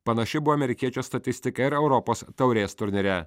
panaši buvo amerikiečio statistika ir europos taurės turnyre